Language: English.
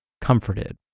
comforted